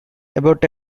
about